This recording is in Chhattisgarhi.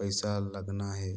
पइसा लगना हे